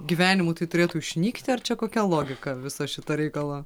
gyvenimu tai turėtų išnykti ar čia kokia logika viso šito reikalo